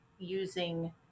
Using